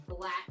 black